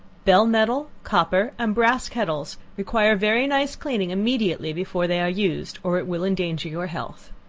bell-metal, copper and brass kettles require very nice cleaning immediately before they are used, or it will endanger your health.